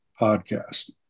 podcast